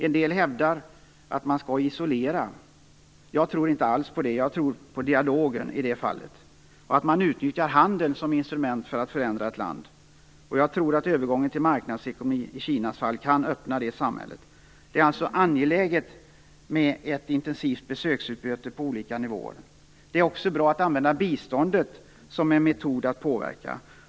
En del hävdar att man skall isolera. Det tror jag inte alls på. Jag tror på dialogen i det fallet, och på att man utnyttjar handeln som instrument för att förändra ett land. Jag tror att övergången till marknadsekonomi i Kinas fall kan öppna samhället. Det är alltså angeläget med ett intensivt besöksutbyte på olika nivåer. Det är också bra att använda biståndet som en metod att påverka.